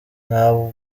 nta